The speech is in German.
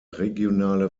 regionale